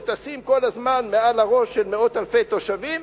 שטסים כל הזמן מעל הראש של מאות אלפי תושבים,